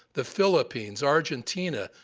the philippines, argentina,